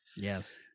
Yes